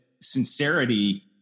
sincerity